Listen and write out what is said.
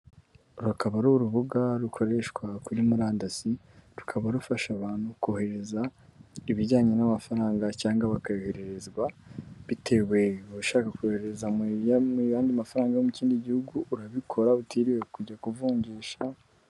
Uru akaba ari urubuga rukoreshwa kuri murandasi, rukaba rufasha abantu kohereza ibijyanye n'amafaranga cyangwa bakayohererezwa, bitewe abashaka koherereza mu ya mu yandi mafaranga yo mu kindi gihugu urabikora utiriwe kujya kuvunjisha...